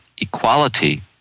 equality